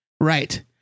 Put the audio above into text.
Right